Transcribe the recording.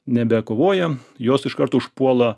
nebekovoja jos iškart užpuola